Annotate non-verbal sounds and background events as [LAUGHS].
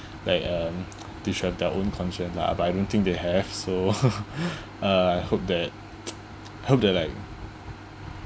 like um they should have their own conscience lah but I don't think they have so [LAUGHS] [BREATH] uh I hope that [NOISE] I hope that like